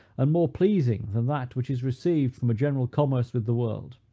and more pleasing than that which is received from a general commerce with the world.